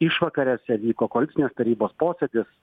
išvakarėse vyko koalicinės tarybos posėdis